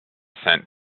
ascent